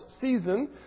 season